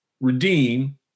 redeem